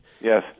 Yes